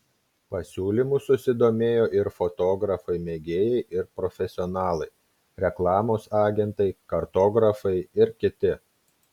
pasiūlymu susidomėjo ir fotografai mėgėjai ir profesionalai reklamos agentai kartografai ir kiti